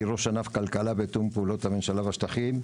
ראש ענף כלכלה ותיאום פעולות הממשלה והשטחים.